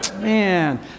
man